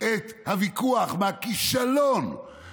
את הוויכוח מהכישלון נא לסיים.